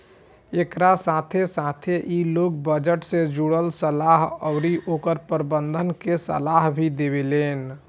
एकरा साथे साथे इ लोग बजट से जुड़ल सलाह अउरी ओकर प्रबंधन के सलाह भी देवेलेन